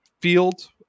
field